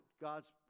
God's